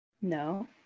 No